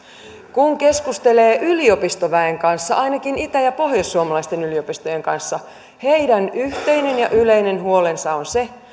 kun keskustelee yliopistoväen kanssa ainakin itä ja pohjoissuomalaisten yliopistojen kanssa heidän yhteinen ja yleinen huolensa on se